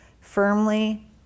Firmly